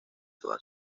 toda